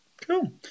Cool